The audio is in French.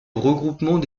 regroupement